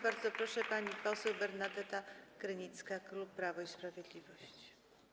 Bardzo proszę, pani poseł Bernadeta Krynicka, klub Prawo i Sprawiedliwość.